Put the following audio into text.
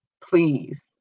Please